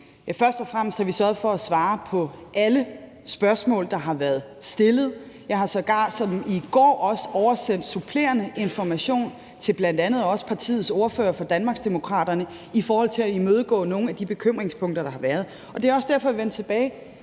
sige, at vi har sørget for at svare på alle de spørgsmål, der er blevet stillet. Jeg har sågar også i går oversendt supplerende information til bl.a. Danmarksdemokraternes ordfører i forhold til at imødegå nogle af de bekymringspunkter, der har været. Det er også derfor, at jeg vender tilbage